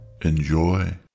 Enjoy